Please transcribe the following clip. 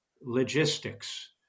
logistics